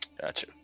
Gotcha